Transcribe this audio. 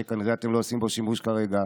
שכנראה אתם לא עושים בו שימוש כרגע,